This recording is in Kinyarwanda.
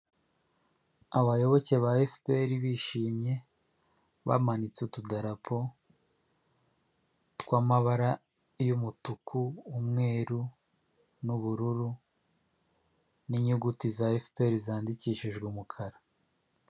Icyapa kinini cyane kigaragaza ubwiza bwa Legasi hoteli kirangira abifuza serivisi zayo, imbere yacyo hari imikindo itatu umwe ukaba usa naho wihishe hagaragara amababi yawo, indi ibiri umwe urakuze undi uracyari muto.